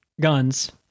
guns